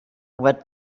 what